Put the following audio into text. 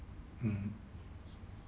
mmhmm